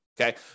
Okay